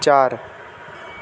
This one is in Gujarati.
ચાર